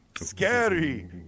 Scary